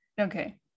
Okay